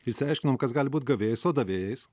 išsiaiškinom kas gali būti gavėjais o davėjais